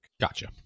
Gotcha